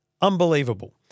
unbelievable